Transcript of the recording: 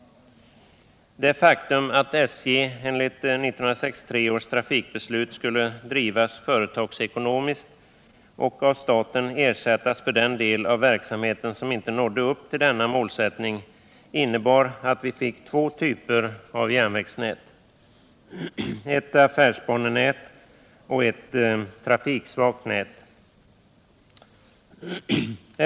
Det faktum att SJ enligt 1963 års trafikbeslut skulle drivas företagsekonomiskt och av staten ersättas för den del av verksamheten som inte nådde upp till denna målsättning innebar att vi fick två typer av järnvägsnät, ett affärsbanenät och ett trafiksvagt nät.